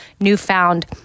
newfound